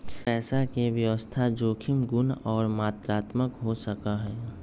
पैसा के व्यवस्था जोखिम गुण और मात्रात्मक हो सका हई